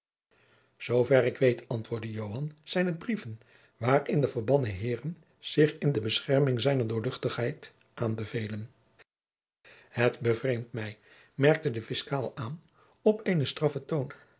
zoover ik weet antwoordde joan zijn het brieven waarin de verbannen heeren zich in de bescherming zijner doorl aanbevelen het bevreemt mij merkte de fiscaal aan op een straffen toon